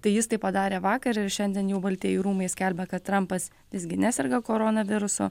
tai jis tai padarė vakar ir šiandien jau baltieji rūmai skelbia kad trampas visgi neserga koronavirusu